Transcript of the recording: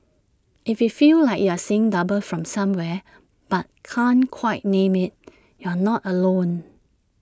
if you feel like you're seeing double from somewhere but can't quite name IT you're not alone